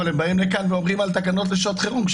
אבל הם באים לכאן ומדברים על תקנות לשעת חירום,